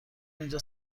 اینجا